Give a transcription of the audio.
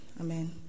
Amen